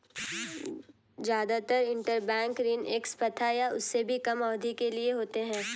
जादातर इन्टरबैंक ऋण एक सप्ताह या उससे भी कम अवधि के लिए होते हैं